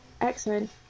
Excellent